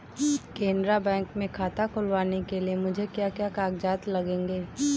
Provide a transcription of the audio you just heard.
Canara bank में खाता खुलवाने के लिए मुझे क्या क्या कागजात लगेंगे?